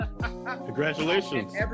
Congratulations